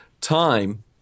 time